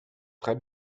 très